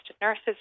nurses